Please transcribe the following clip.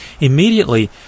immediately